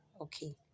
okay